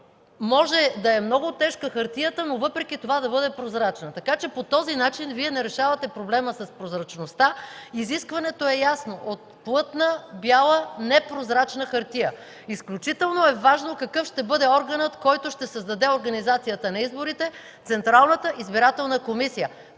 Може да е много тежка хартията, но въпреки това да бъде прозрачна. Така че по този начин Вие не решавате проблема с прозрачността. Изискването е ясно – от плътна, бяла, непрозрачна хартия. Изключително важно е какъв ще бъде органът, който ще създаде организацията на изборите – Централната избирателна комисия.